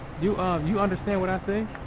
you um you understand what i said?